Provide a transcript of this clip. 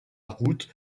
route